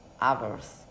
others